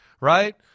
right